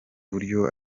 buryo